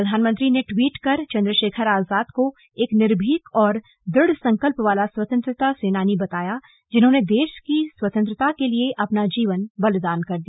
प्रधानमंत्री ने ट्वीट कर चंद्रशेखर आजाद को एक निर्भीक और दृढ संकल्प वाला स्वतंत्रता सेनानी बताया जिन्होंने देश की स्वतंत्रता के लिए अपना जीवन बलिदान कर दिया